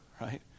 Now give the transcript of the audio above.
right